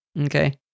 Okay